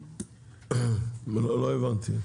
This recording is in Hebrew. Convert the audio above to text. לא הבנתי.